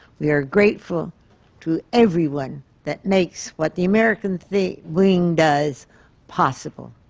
we are grateful to everyone that makes what the american theatre wing does possible.